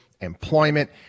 employment